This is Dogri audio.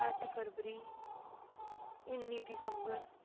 अट्ठ फरवरी उन्नी दिसंबर